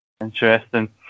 Interesting